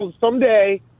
Someday